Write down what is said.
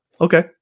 Okay